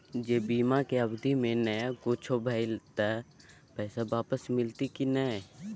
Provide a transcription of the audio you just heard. ज बीमा के अवधि म नय कुछो भेल त पैसा वापस मिलते की नय?